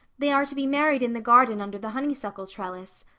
they are to be married in the garden under the honeysuckle trellis.